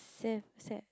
save set